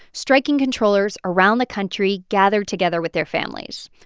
striking controllers around the country gathered together with their families.